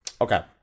Okay